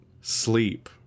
sleep